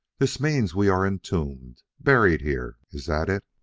this means we are entombed buried here? is that it?